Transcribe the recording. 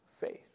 faith